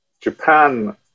Japan